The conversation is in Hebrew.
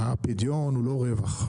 הפדיון הוא לא רווח,